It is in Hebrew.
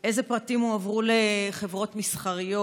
2. אילו פרטים הועברו לחברות מסחריות?